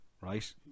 right